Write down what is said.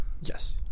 yes